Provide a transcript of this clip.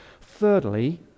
Thirdly